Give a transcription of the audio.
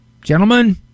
gentlemen